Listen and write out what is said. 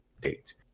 date